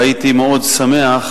והייתי מאוד שמח,